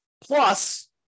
Plus